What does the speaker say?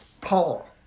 Paul